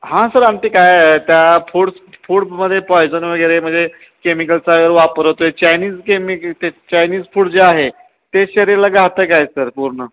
हां सर आमचे काय त्या फूड्स फूडमध्ये पॉईझन वगैरे म्हणजे केमिकल्स वगैरे वापर होतो आहे चायनीज केमिक ते चायनीज फूड जे आहे ते शरीराला घातक आहे सर पूर्ण